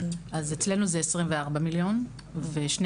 אצלנו זה כ-24 מיליון שקלים,